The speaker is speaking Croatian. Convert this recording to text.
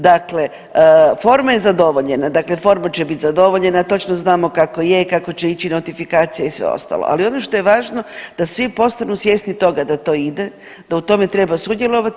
Dakle, forma je zadovoljena, dakle forma će bit zadovoljena, točno znamo kako je, kako će ići notifikacija i sve ostalo, ali ono što je važno da svi postanu svjesni toga da to ide, da u tome treba sudjelovati.